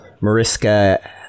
Mariska